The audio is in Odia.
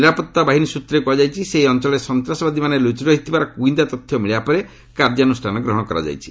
ନିରାପତ୍ତା ବାହିନୀ ସୂତ୍ରରେ କୁହାଯାଇଛି ସେହି ଅଞ୍ଚଳରେ ସନ୍ତାସବାଦୀମାନେ ଲୁଚି ରହିଥିବାର ଗୁଇନ୍ଦା ତଥ୍ୟ ମିଳିବା ପରେ କାର୍ଯ୍ୟାନୁଷ୍ଠାନ ଗ୍ରହଣ କରାଯାଇଛି